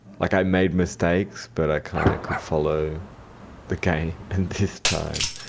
like i made mistakes but i kind of could follow the game. and this time,